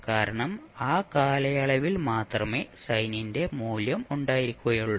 കാരണം ആ കാലയളവിൽ മാത്രമേ സൈനിന്റെ മൂല്യം ഉണ്ടായിരിക്കുകയുള്ളൂ